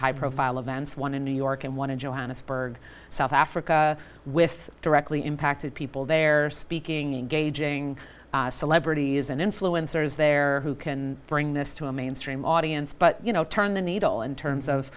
high profile events one in new york and one in johannesburg south africa with directly impacted people there speaking gauging celebrities and influencers there who can bring this to a mainstream audience but you know turn the needle in terms of